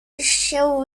się